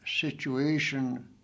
situation